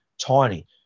tiny